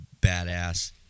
badass